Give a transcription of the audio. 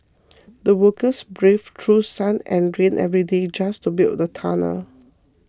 the workers braved through sun and rain every day just to build the tunnel